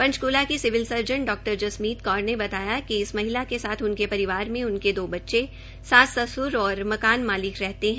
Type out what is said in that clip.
पंचकूला की civil surgeon डा जसजीत कौर ने बताया कि इस महिला के साथ उनके परिवार में उनके दो बच्चे सास सस्र और मकान मालिक रहते है